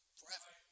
forever